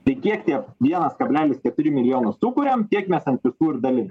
tai kiek tie vienas kablelis keturi milijono sukuriam tiek mes ant visų ir dalinam